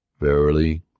Verily